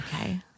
Okay